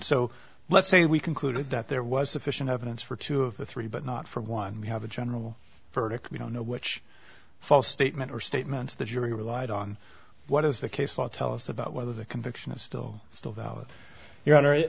so let's say we concluded that there was sufficient evidence for two of the three but not for one we have a general verdict we don't know which false statement or statements the jury relied on what is the case law tell us about whether the conviction is still still